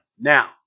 Now